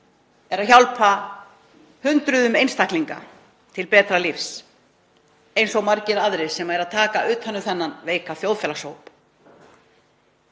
er að hjálpa hundruð einstaklinga til betra lífs eins og margir aðrir sem eru að taka utan um þennan veika þjóðfélagshóp.